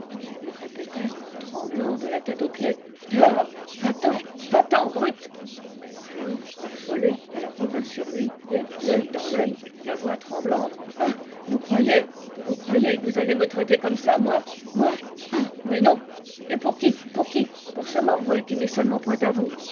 ii répétait tremblant de la tête aux pieds dehors va-t'en va-t'en brute alors affolée elle revint sur lui et l'œil dans l'œil la voix tremblante ah vous croyez vous croyez que vous allez me traiter comme ça moi moi ah mais non et pour qui pour qui pour ce morveux qui n'est seulement point à vous